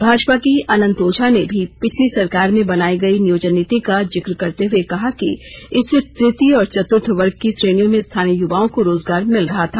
भाजपा के ही अनंत ओझा ने भी पिछली सरकार में बनायी गयी नियोजन नीति का जिक करते हुए इससे तृतीय और चतुर्थ वर्ग की श्रेणियों में स्थानीय युवाओं को रोजगार मिल रहा था